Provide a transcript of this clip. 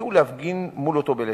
והגיעו להפגין מול אותו בית-עסק.